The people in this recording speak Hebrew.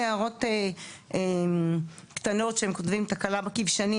הערות קטנות שהם כותבים 'תקלה בכבשנים',